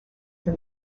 for